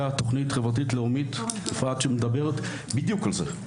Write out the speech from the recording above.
תוכנית חברתית לאומית, יפעת, שמדברת בדיוק על זה.